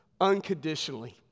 Unconditionally